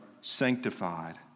sanctified